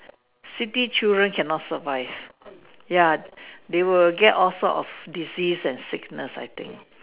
city children cannot survive ya they will get all sort of disease and sickness I think